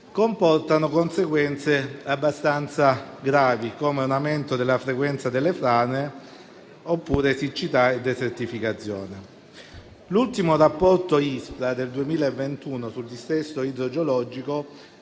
comportano conseguenze abbastanza gravi: un aumento della frequenza delle frane, oppure siccità e desertificazione. L'ultimo rapporto Ispra del 2021 sul dissesto idrogeologico